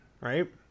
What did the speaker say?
right